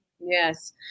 Yes